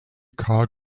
carl